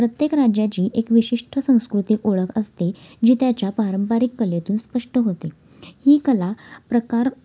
प्रत्येक राज्याची एक विशिष्ट संस्कृतिक ओळख असते जी त्याच्या पारंपरिक कलेतून स्पष्ट होते ही कलाप्रकार